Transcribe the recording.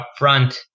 upfront